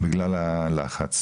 בגלל הלחץ.